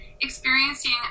experiencing